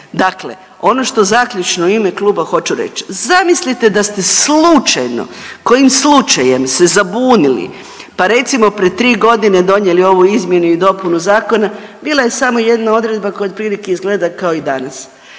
Dakle, ono što zaključno u ime kluba hoću reći, zamislite da ste slučajno, kojim slučajem se zabunili pa recimo, pred 3 godine donijeli ovu izmjenu i dopunu zakona, bila je samo jedna odredba koja otprilike izgleda kao i danas.